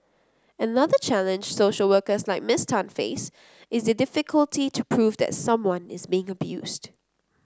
another challenge social workers like Miss Tan face is the difficulty to prove that someone is being abused